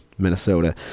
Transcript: minnesota